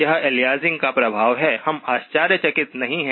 यह एलियासिंग का प्रभाव है हम आश्चर्यचकित नहीं हैं